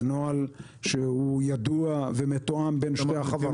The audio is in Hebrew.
זה נוהל ידוע ומתואם בין שתי החברות.